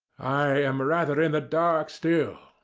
i am rather in the dark still.